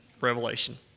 Revelation